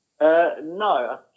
no